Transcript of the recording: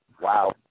wow